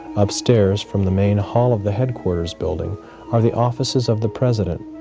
upstairs from the main hall of the headquarters building are the offices of the president.